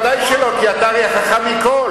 ודאי שלא, כי אתה הרי החכם מכול.